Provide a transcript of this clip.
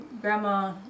grandma